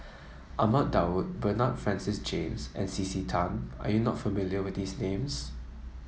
Ahmad Daud Bernard Francis James and C C Tan are you not familiar with these names